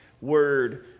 Word